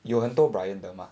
有很多 bryan 的吗